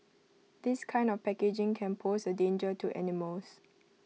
this kind of packaging can pose A danger to animals